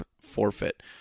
forfeit